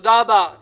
בוקר טוב, אדוני,